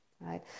right